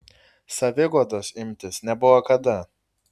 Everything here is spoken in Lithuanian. saviguodos imtis nebuvo kada